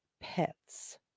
pets